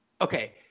okay